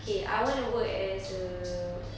okay I want to work as a